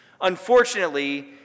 Unfortunately